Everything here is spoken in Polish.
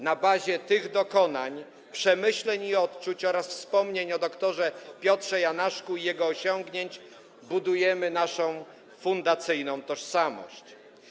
Na bazie tych dokonań, przemyśleń i odczuć oraz wspomnień o dr. Piotrze Janaszku i jego osiągnięć budujemy naszą fundacyjną tożsamość.